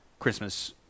Christmas